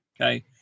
okay